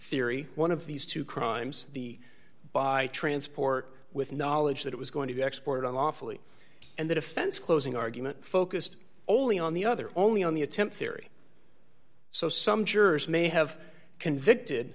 theory one of these two crimes the by transport with knowledge that it was going to be export unlawfully and the defense closing argument focused only on the other only on the attempt theory so some jurors may have convicted